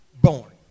born